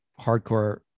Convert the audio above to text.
hardcore